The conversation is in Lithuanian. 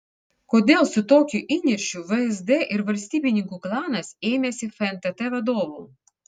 kodėl su tokiu įniršiu vsd ir valstybininkų klanas ėmėsi fntt vadovų